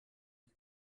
que